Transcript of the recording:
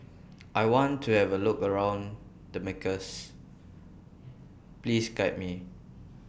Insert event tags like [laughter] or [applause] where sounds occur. [noise] I want to Have A Look around Damascus Please Guide Me